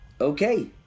Okay